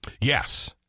Yes